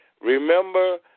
Remember